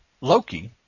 Loki